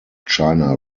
china